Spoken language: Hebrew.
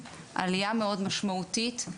עלייה מאוד משמעותית,